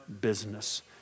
business